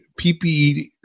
PPE